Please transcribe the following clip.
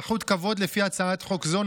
לפי הצעת חוק זו,